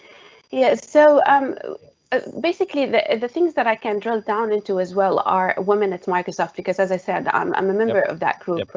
yes, so i'm basically the the things that i can drill down into as well are woman. it's microsoft because as i said, um i'm a member of that group,